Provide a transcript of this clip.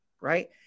right